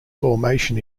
formation